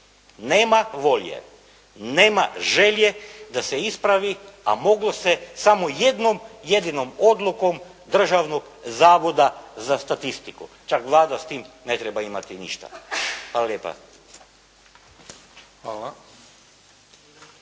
Nema volje, nema želje da se ispravi, a moglo se samo jednom jedinom odlukom Državnog zavoda za statistiku, čak Vlada s tim ne treba imati ništa. Hvala lijepa.